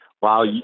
wow